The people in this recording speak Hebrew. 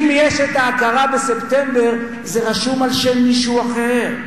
אם יש ההכרה בספטמבר, זה רשום על שם מישהו אחר.